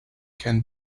can